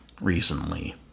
recently